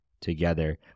together